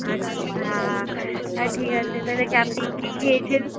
আচ্ছা হ্যাঁ ঠিক আছে তাহলে কি আপনি কী খেয়েছেন